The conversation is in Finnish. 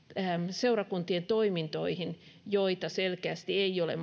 seurakuntien toimintoihin joita selkeästi ei ole